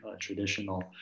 traditional